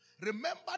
Remember